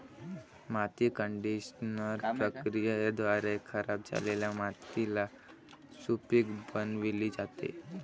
माती कंडिशनर प्रक्रियेद्वारे खराब झालेली मातीला सुपीक बनविली जाते